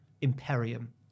Imperium